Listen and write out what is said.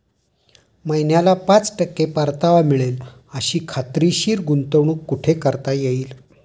महिन्याला पाच टक्के परतावा मिळेल अशी खात्रीशीर गुंतवणूक कुठे करता येईल?